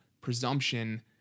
presumption